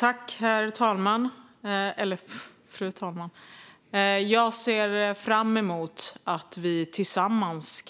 Fru talman! Jag ser fram emot att vi tillsammans